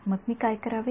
मग मी काय करावे